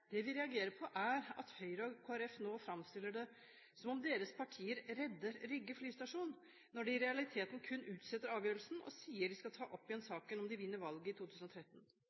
Det vi reagerer på, er at Høyre og Kristelig Folkeparti nå framstiller det som om de redder Rygge flystasjon, når de i realiteten kun utsetter avgjørelsen og sier at de skal ta opp igjen saken om de vinner valget i 2013.